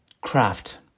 craft